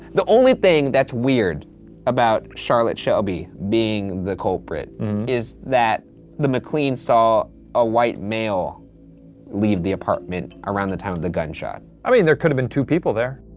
the only thing that's weird about charlotte shelby being the culprit is that the maclean's saw a white male leave the apartment around the time of the gunshot. i mean, there could have been two people there.